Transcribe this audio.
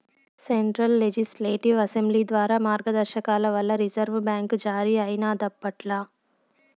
central legislative assembly ద్వారా మార్గదర్శకాల వల్ల రిజర్వు బ్యాంక్ జారీ అయినాదప్పట్ల